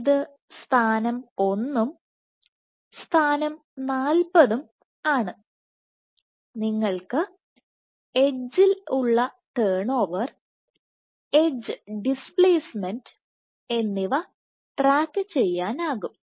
ഇത് സ്ഥാനം 1 ഉം സ്ഥാനം 40 ഉം ആണ് നിങ്ങൾക്ക് എഡ്ജിൽ ഉള്ള ടേൺ ഓവർ എഡ്ജ് ഡിസ്പ്ലേസ്മെന്റ് എന്നിവ ട്രാക്കു ചെയ്യാനാകും